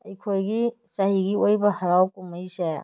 ꯑꯩꯈꯣꯏꯒꯤ ꯆꯍꯤꯒꯤ ꯑꯣꯏꯕ ꯍꯔꯥꯎ ꯀꯨꯝꯍꯩꯁꯦ